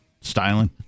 Styling